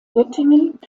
göttingen